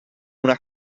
una